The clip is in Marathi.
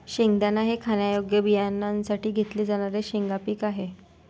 शेंगदाणा हे खाण्यायोग्य बियाण्यांसाठी घेतले जाणारे शेंगा पीक आहे